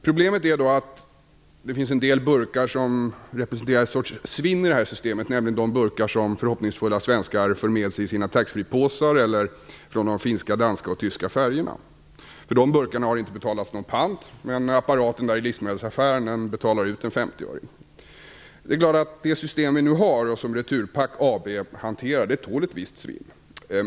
Problemet är att det finns en del burkar som representerar en sorts svinn i det här systemet, nämligen de burkar som förhoppningsfulla svenskar för med sig i sina taxfree-påsar t.ex. från de finska, danska och tyska färjorna. För dessa burkar har det inte betalats någon pant, men livsmedelsaffären betalar ändå ut en 50-öring. Det är klart att det system vi nu har och som AB Svenska Returpack hanterar tål ett visst svinn.